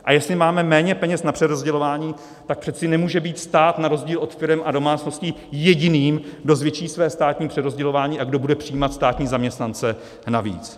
A jestli máme méně peněz na přerozdělování, pak přece nemůže být stát na rozdíl od firem a domácností jediným, kdo zvětší své státní přerozdělování a kdo bude přijímat státní zaměstnance navíc.